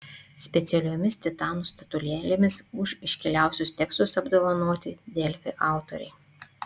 specialiomis titanų statulėlėmis už iškiliausius tekstus apdovanoti delfi autoriai